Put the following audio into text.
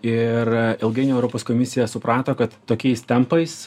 ir ilgainiui europos komisija suprato kad tokiais tempais